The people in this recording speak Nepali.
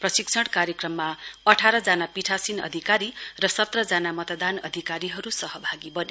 प्रशिक्षण कार्यक्रममा अठारजना पीठासीन अधिकारी र सत्रजना मत्दान अधिकारीहरु सहभागी बने